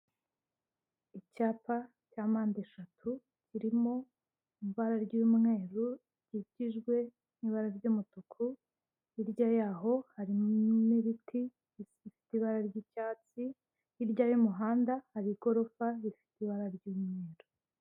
Icyapa cya mpandeshatu kirimo ibara ry'umweru rikikijwe n'ibara ry'umutuku, hirya yaho hari n'ibiti bifite ibara ry'icyatsi, hirya y'umuhanda hari igorofa rifite ibara ry'umweru.